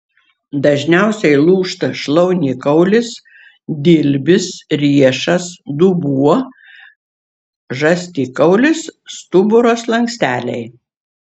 dažniausiai lūžta šlaunikaulis dilbis riešas dubuo žastikaulis stuburo slanksteliai